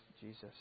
Jesus